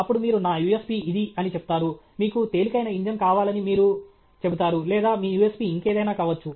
అప్పుడు మీరు 'నా USP ఇది అని చెప్తారు' మీకు తేలికైన ఇంజిన్ కావాలని మీరు చెబుతారు లేదా మీ USP ఇంకేదైనా కావచ్చు